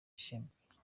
ssempijja